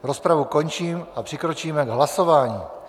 Rozpravu končím a přikročíme k hlasování.